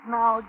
Now